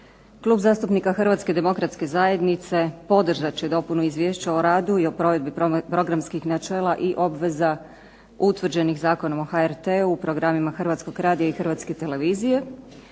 Klub zastupnika Hrvatske demokratske zajednice podržat će dopunu Izvješća o radu i o provedbi programskih načela i obveza utvrđenim Zakonom o HRT-u, u programima Hrvatskog radija i Hrvatske televizije